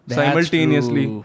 simultaneously